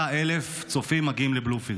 25,000 צופים מגיעים לבלומפילד.